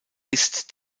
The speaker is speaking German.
ist